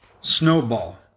snowball